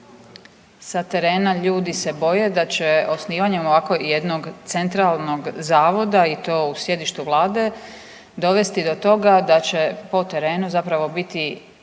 sa terena ljudi se boje da će osnivanjem ovako jednog centralnog zavoda i to u sjedištu Vlade dovesti do toga da će po terenu zapravo biti